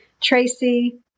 Tracy